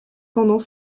pendant